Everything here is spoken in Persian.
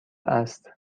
است